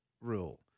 rule